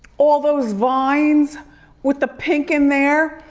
all those vines with the pink in there,